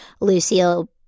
Lucille